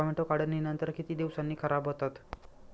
Tomato काढणीनंतर किती दिवसांनी खराब होतात?